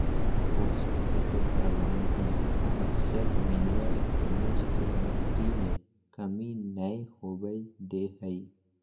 पोषक तत्व प्रबंधन आवश्यक मिनिरल खनिज के मिट्टी में कमी नै होवई दे हई